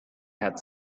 had